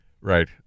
Right